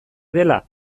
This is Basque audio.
dela